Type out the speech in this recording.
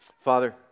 Father